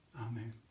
Amen